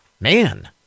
Man